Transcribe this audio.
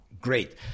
great